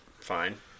fine